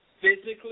Physically